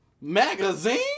Magazine